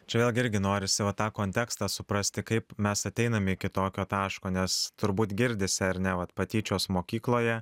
čia vėlgi irgi norisi va tą kontekstą suprasti kaip mes ateinam iki tokio taško nes turbūt girdisi ar ne vat patyčios mokykloje